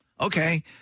okay